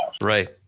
Right